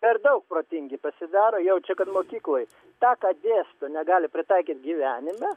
per daug protingi pasidaro jaučia kad mokykloj tą ką dėsto negali pritaikyt gyvenime